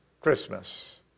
Christmas